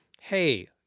hey